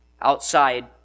Outside